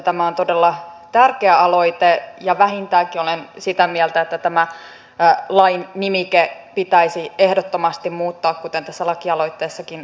tämä on todella tärkeä aloite ja vähintäänkin olen sitä mieltä että tämä lain nimike pitäisi ehdottomasti muuttaa kuten tässä lakialoitteessakin vaaditaan